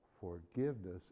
forgiveness